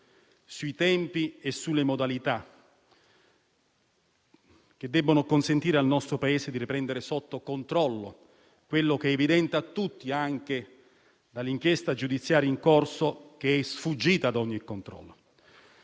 sui tempi e sulle modalità che debbono consentire al nostro Paese di riprendere il controllo di ciò che, come è evidente a tutti anche dall'inchiesta giudiziaria in corso, è sfuggito ad ogni controllo.